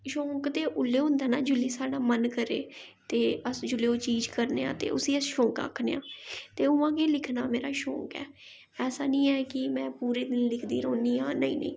शौंक ते ओल्लै होंदा ना जेल्लै साढ़ा मन करै ते अस जेल्लै ओह् चीज करने आं ते उस्सी अस शौंक आखने आं ते उ'आं गै लिखना मेरा शौंक ऐ ऐसा निं है कि में पूरे दिन लिखदी रौह्न्नी आं नेईं नेईं